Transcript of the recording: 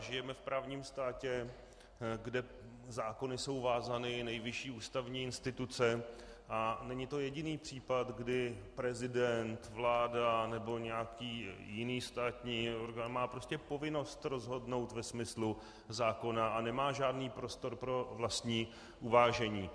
Žijeme v právním státě, kde zákony jsou vázány, je nejvyšší ústavní instituce a není to jediný případ, kdy prezident, vláda nebo nějaký jiný státní orgán má prostě povinnost rozhodnout ve smyslu zákona a nemá žádný prostor pro vlastní uvážení.